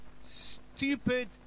stupid